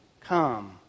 come